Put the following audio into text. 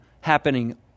happening